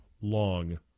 long